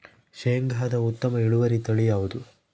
ಶೇಂಗಾದ ಉತ್ತಮ ಇಳುವರಿ ತಳಿ ಯಾವುದು?